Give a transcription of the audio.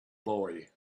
boy